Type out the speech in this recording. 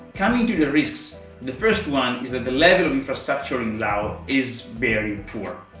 coming to the risks the first one is that the level of infrastructure in lao is very poor.